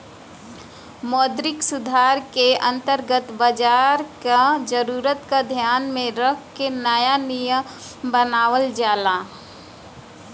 मौद्रिक सुधार के अंतर्गत बाजार क जरूरत क ध्यान में रख के नया नियम बनावल जाला